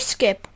Skip